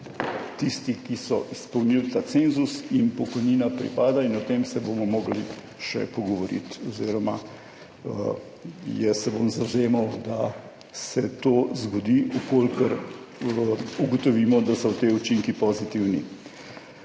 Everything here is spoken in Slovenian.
tisti, ki so izpolnili ta cenzus, jim pokojnina pripada in o tem se bomo morali še pogovoriti oziroma jaz se bom zavzemal, da se to zgodi, v kolikor ugotovimo, da so ti učinki pozitivni.